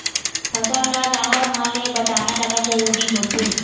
फसल ल जानवर मन ले बचाना जादा जरूरी होवथे